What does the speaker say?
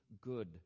good